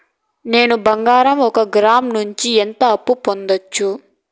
నేను బంగారం ఒక గ్రాము నుంచి ఎంత అప్పు పొందొచ్చు